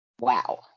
Wow